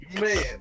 Man